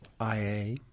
IA